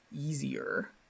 easier